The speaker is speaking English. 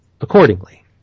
accordingly